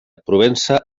provença